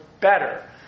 better